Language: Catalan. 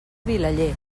vilaller